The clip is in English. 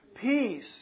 Peace